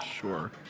Sure